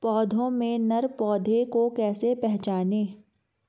पौधों में नर पौधे को कैसे पहचानें?